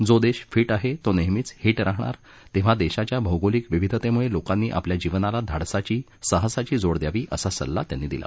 जो देश फिट आहे तो नेहमीच हिट राहणार तेव्हा देशाच्या भौगोलिक विविधतेमुळे लोकांनी आपल्या जीवनाला धाडसाची साहसाची जोड द्यावी असा सल्ला त्यांनी दिला